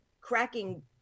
cracking